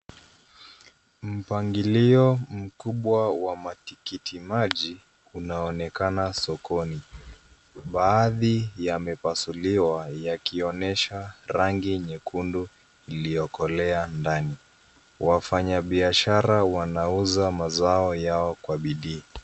Mpangilio mkubwa wa matikiti maji unaonekana sokoni. Baadhi yamepasuliwa, yakionyesha rangi nyekundu iliyokolea ndani. Wafanyabiashara wanauza mazao yao kwa bidii.